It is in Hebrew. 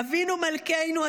אבינו מלכנו,